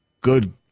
Good